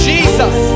Jesus